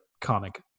comic